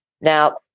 Now